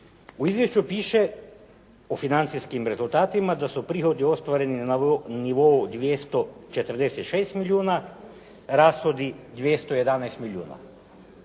U izvješću piše o financijskim rezultatima, da su prihodi ostvareni na nivou 246 milijuna, rashodi 211 milijuna.